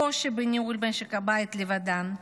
קושי בניהול משק הבית לבדן,